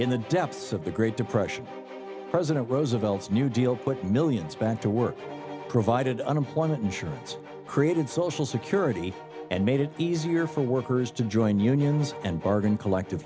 of the great depression president roosevelt's new deal put millions back to work provided unemployment insurance created social security and made it easier for workers to join unions and bargain collect